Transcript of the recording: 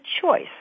choice